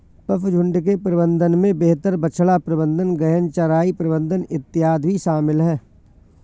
पशुझुण्ड के प्रबंधन में बेहतर बछड़ा प्रबंधन, गहन चराई प्रबंधन इत्यादि भी शामिल है